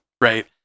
right